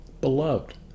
beloved